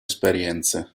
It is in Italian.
esperienze